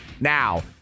now